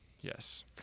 Yes